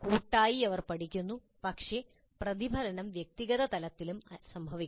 കൂട്ടായി അവർ പഠിക്കുന്നു പക്ഷേ പ്രതിഫലനം വ്യക്തിഗത തലത്തിലും സംഭവിക്കണം